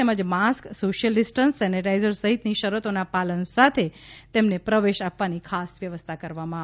તેમજ mask social distancing sanitizer સહિતની શરતોના પાલન સાથે પ્રવાસીઓને પ્રવેશ આપવાની ખાસ વ્યવસ્થા કરવામાં આવેલ છે